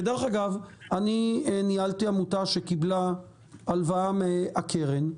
כדרך אגב, אני ניהלתי עמותה שקיבלה הלוואה מהקרן,